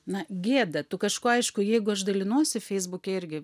na gėda tu kažkuo aišku jeigu aš dalinuosi feisbuke irgi